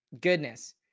goodness